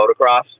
motocross